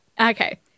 Okay